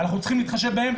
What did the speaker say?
אנחנו צריכים להתחשב בהם,